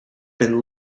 been